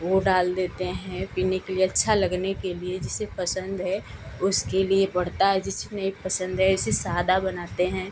वह डाल देते हैं पीने के लिए अच्छा लगने के लिए जिसे पसन्द है उसके लिए पड़ता है जिसे नहीं पसन्द है ऐसे सादा बनाते हैं